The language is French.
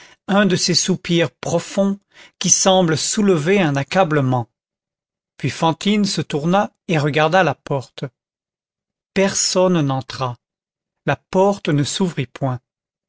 un de ces soupirs profonds qui semblent soulever un accablement puis fantine se tourna et regarda la porte personne n'entra la porte ne s'ouvrit point